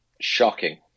Shocking